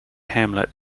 hamlet